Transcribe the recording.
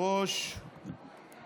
אין כבוד לראש ממשלה?